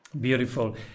beautiful